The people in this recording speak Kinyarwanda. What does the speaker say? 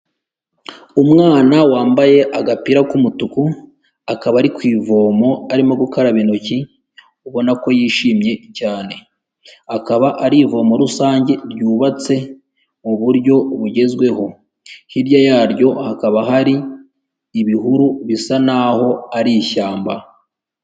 Umwana wambaye agapira k'umutuku, akaba ari ku ivomo arimo gukaraba intoki ubona ko yishimye cyane, akaba ari ivomo rusange ryubatse mu buryo bugezweho, hirya yaryo hakaba hari ibihuru bisa naho ari ishyamba.